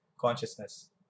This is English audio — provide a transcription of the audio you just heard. consciousness